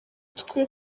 twe